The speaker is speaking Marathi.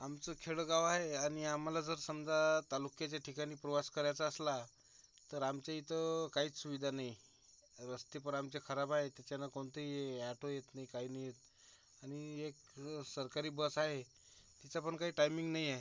आमचं खेडंगाव आहे आणि आम्हाला जर समजा तालुक्याच्या ठिकाणी प्रवास करायचा असला तर आमच्या इथं काहीच सुविधा नाही रस्ते पण आमचे खराब आहे त्याच्यानं कोणतंही ॲटो येत नाही काही नाही आणि एक सरकारी बस आहे तिचा पण काही टाईमिंग नाही आहे